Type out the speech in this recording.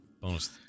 bonus